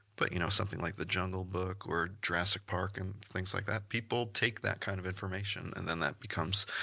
but you know, something like the jungle book, or jurassic park, and things like that, people take that kind of information and then that becomes